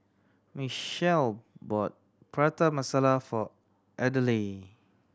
Michele bought Prata Masala for Adelaide